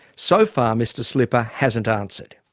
so far mr slipper hasn't answered.